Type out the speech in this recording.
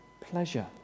pleasure